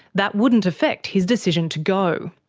that wouldn't affect his decision to go.